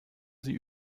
sie